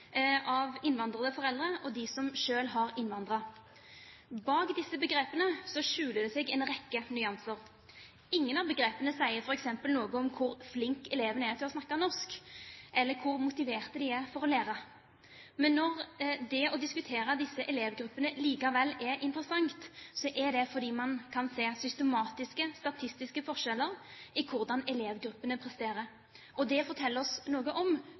skjuler det seg en rekke nyanser. Ingen av begrepene sier f.eks. noe om hvor flinke elevene er til å snakke norsk, eller hvor motivert de er for å lære. Men når det å diskutere disse elevgruppene likevel er interessant, er det fordi man kan se systematiske, statistiske forskjeller i hvordan elevgruppene presterer. Det forteller oss noe om